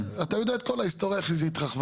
אתה יודע את כל ההיסטוריה, אחרי זה היא התרחבה.